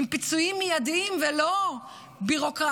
עם פיצויים מיידיים ולא ביורוקרטיה,